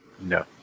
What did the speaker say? No